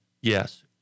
Yes